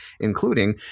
including